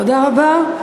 תודה רבה.